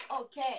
okay